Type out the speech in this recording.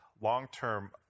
long-term